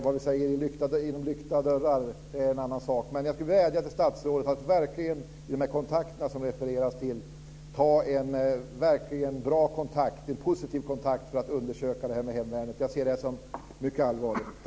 Vad vi säger inom lyckta dörrar är en annan sak. Jag vädjar till statsrådet att i de kontakter som det refereras till verkligen ta en bra och positiv kontakt för att undersöka detta med hemvärnet. Jag ser det som mycket allvarligt.